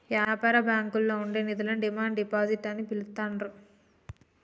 యాపార బ్యాంకుల్లో ఉండే నిధులను డిమాండ్ డిపాజిట్ అని పిలుత్తాండ్రు